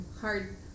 Hard